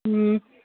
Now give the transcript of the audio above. ꯎꯝ